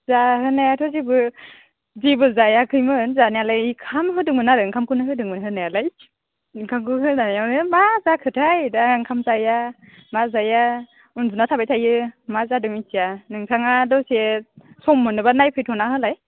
जाहोनायाथ' जेबो जायाखैमोन जानायालाय ओंखाम होदोंमोन आरो ओंखामखौनो होदोंमोन होनायालाय ओंखामखौ होनायावनो मा जाखोथाय दा ओंखाम जाया मा जाया उन्दुना थाबाय थायो मा जादों मिथिया नोंथाङा दसे सम मोनोबा नायफैथ'ना होलाय